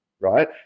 right